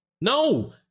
No